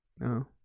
No